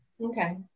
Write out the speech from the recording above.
Okay